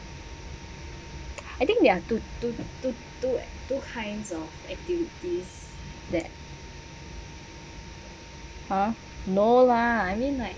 I think there are two two two two two kinds of activities that !huh! no lah I mean like